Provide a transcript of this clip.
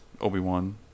Obi-Wan